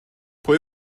pwy